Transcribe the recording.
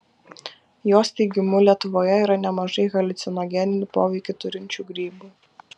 jos teigimu lietuvoje yra nemažai haliucinogeninį poveikį turinčių grybų